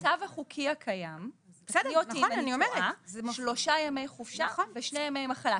במצב החוקי הקיים זה שלושה ימי חופשה ושני ימי מחלה.